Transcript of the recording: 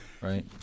right